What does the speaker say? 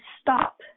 stop